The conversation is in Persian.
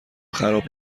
خراب